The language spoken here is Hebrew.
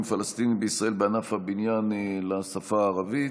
פלסטינים בישראל בענף הבניין לשפה הערבית.